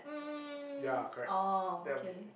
um oh okay